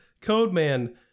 Codeman